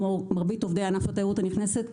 מרבית עובדי ענף התיירות הנכנסת,